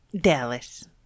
dallas